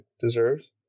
deserves